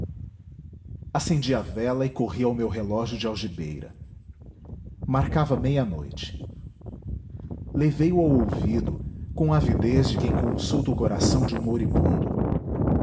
acendi a veia e corri ao meu relógio de algibeira marcava meia-noite levei o ao ouvido com avidez de quem consulta o coração de um moribundo